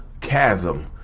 chasm